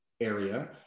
area